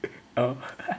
oh